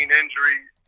injuries